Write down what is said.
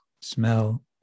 smell